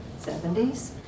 70s